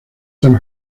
some